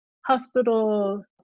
hospital